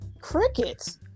crickets